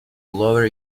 lower